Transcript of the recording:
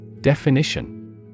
Definition